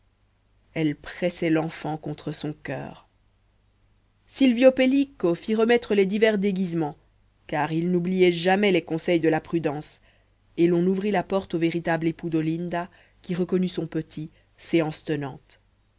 elle pressait l'enfant contre son coeur silvio pellico fit remettre les divers déguisements car il n'oubliait jamais les conseils de la prudence et l'on ouvrit la porte au véritable époux d'olinda qui reconnut son petit séance tenante